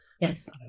yes